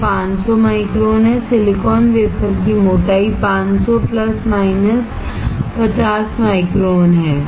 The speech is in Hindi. यह 500 माइक्रोन है सिलिकॉन वेफर की मोटाई 500 प्लस माइनस 50 माइक्रोन है